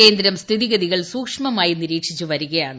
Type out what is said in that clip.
കേന്ദ്രം സ്ഥിതിഗതികൾ സൂക്ഷ്മമായി നിരീക്ഷിച്ചു വരികയാണ്